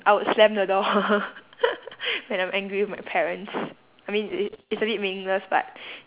I would slam the door when I'm angry with my parents I mean it it's a bit meaningless but